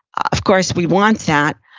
of course we want that,